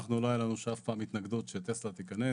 אנחנו לא הייתה לנו אף פעם התנגדות שטסלה תיכנס